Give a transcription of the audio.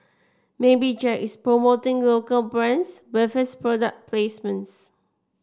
maybe Jack is promoting local brands with his product placements